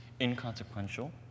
inconsequential